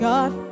God